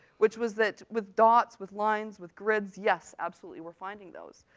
which was that with dots, with lines, with grids, yes, absolutely, we're finding those.